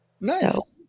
Nice